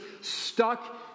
stuck